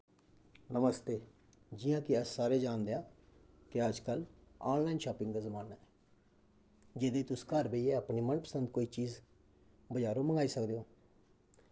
नमस्ते जियां के अस सारे जानदे आं के अज्ज कल आनलाइन शापिंग दा जमान्ना ऐ जेह्दे च तुस घर बेहियै अपनी मन पसंद कोई चीज़ बजारों मंगाई सकदे ओ